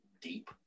deep